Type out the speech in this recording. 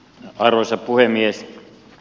arvoisa puhemies